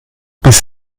bis